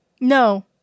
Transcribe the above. No